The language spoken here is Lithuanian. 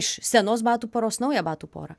iš senos batų poros naują batų porą